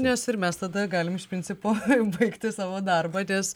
nes ir mes tada galim iš principo baigti savo darbą nes